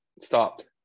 stopped